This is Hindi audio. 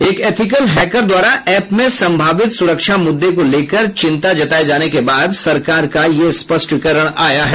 एक एथिकल हैकर द्वारा ऐप में संभावित सुरक्षा मुद्दे को लेकर चिंता जताये जाने के बाद सरकार का यह स्पष्टीकरण आया है